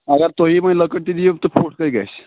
اَگر تُہی وۅنۍ لٔکٕر تہِ دِیِو تہٕ فُٹ کٔہۍ گژھِ